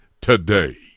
today